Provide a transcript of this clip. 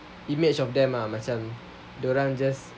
image of them macam dorang just